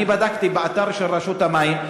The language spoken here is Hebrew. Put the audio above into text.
אני בדקתי באתר של רשות המים,